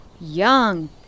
Young